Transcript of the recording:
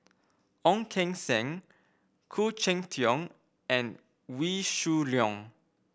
Ong Keng Sen Khoo Cheng Tiong and Wee Shoo Leong